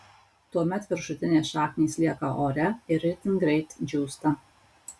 tuomet viršutinės šaknys lieka ore ir itin greit džiūsta